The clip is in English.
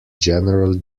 general